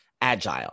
agile